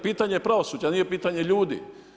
Pitanje je pravosuđa nije pitanje ljudi.